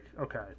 okay